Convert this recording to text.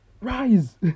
Rise